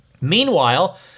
Meanwhile